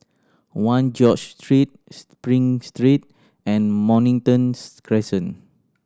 One George Street Spring Street and Morningtons rescent